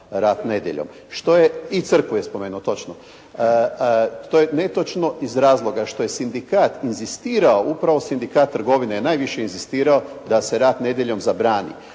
rad nedjeljom, što je, i crkvu je spomenuo, točno. To je netočno iz razloga što je sindikat inzistirao, upravo Sindikat trgovine je najviše inzistirao da se rad nedjeljom zabrani,